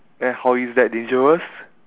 and how is that dangerous